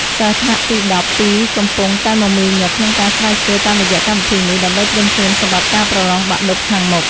សិស្សថ្នាក់ទីដប់ពីរកំពុងតែមមាញឹកក្នុងការស្រាវជ្រាវតាមរយៈកម្មវិធីនេះដើម្បីត្រៀមខ្លួនសម្រាប់ការប្រឡងបាក់ឌុបខាងមុខ។